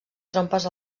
trompes